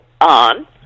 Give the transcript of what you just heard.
on